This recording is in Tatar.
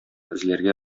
эзләргә